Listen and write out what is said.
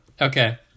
Okay